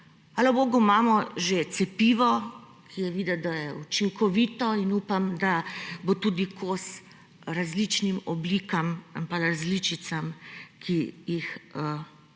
Hvala bogu imamo že cepivo, ki je videti, da je učinkovito, in upam, da bo tudi kos različnim oblikam ali različicam, za katere